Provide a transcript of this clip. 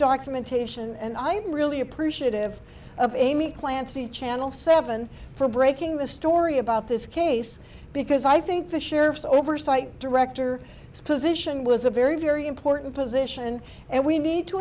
documentation and i'm really appreciative of amy clancy channel seven for breaking the story about this case because i think the sheriff's oversight director position was a very very important position and we need to